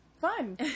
fun